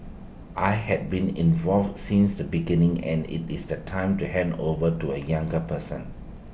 I had been involved since the beginning and IT is the time to hand over to A younger person